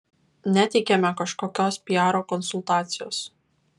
neteikiame kažkokios piaro konsultacijos